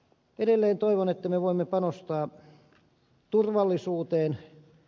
edelleen toivon että me voimme panostaa turvallisuuteen